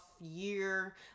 year